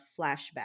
flashback